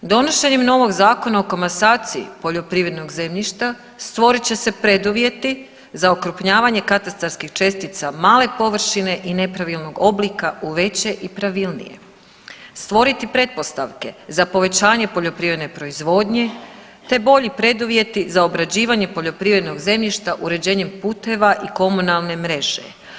Donošenjem novog Zakona o komasaciji poljoprivrednog zemljišta stvorit će se preduvjeti za okrupnjavanje katastarskih čestica male površine i nepravilnog oblika u veće i pravilnije, stvoriti pretpostavke za povećanje poljoprivredne proizvodnje, te bolji preduvjeti za obrađivanje poljoprivrednog zemljišta uređenjem puteva i komunalne mreže.